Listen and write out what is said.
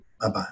Bye-bye